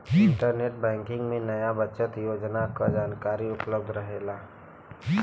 internet banking में नया बचत योजना क जानकारी उपलब्ध रहेला